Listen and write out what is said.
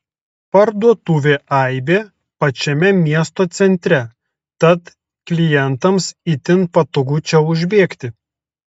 parduotuvė aibė pačiame miesto centre tad klientams itin patogu čia užbėgti